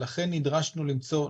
ולכן נדרשנו למצוא,